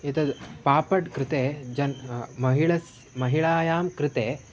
एतद् पापड् कृते जनाः महिला महिलानां कृते